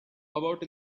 about